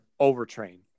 overtrain